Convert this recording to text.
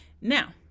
Now